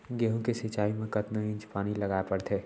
गेहूँ के सिंचाई मा कतना इंच पानी लगाए पड़थे?